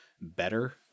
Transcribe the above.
better